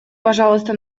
пожалуйста